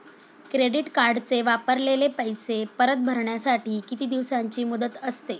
Credit कार्डचे वापरलेले पैसे परत भरण्यासाठी किती दिवसांची मुदत असते?